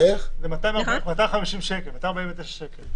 זה 249 שקלים.